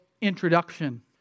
introduction